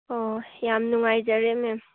ꯑꯣ ꯌꯥꯝ ꯅꯨꯡꯉꯥꯏꯖꯔꯦ ꯃꯦꯝ